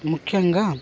ముఖ్యంగా